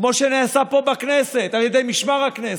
כמו שנעשה פה בכנסת על ידי משמר הכנסת,